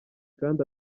kandi